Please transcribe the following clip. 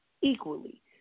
equally